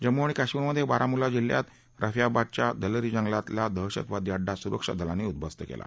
जम्मू आणि काश्मीरमधळिरामुल्ला जिल्ह्यात रफियाबादच्या दलरी जंगलातला दहशतवादी अङ्डा सुरक्षा दलांनी उद्दवस्त कला